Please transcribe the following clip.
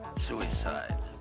suicide